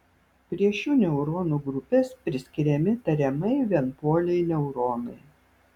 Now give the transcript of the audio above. prie šių neuronų grupės priskiriami tariamai vienpoliai neuronai